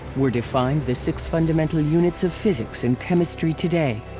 were defined the six fundamental units of physics and chemistry today